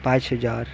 पाच हजार